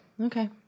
Okay